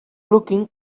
looking